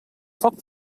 foc